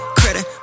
credit